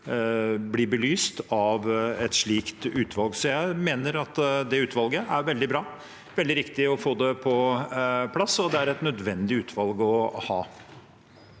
blir belyst av et slikt utvalg. Så jeg mener at dette utvalget er veldig bra, at det er veldig riktig å få det på plass, og at det er et nødvendig utvalg å ha.